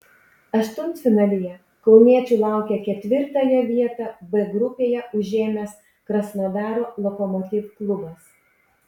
aštuntfinalyje kauniečių laukia ketvirtąją vietą b grupėje užėmęs krasnodaro lokomotiv klubas